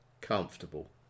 comfortable